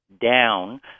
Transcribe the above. down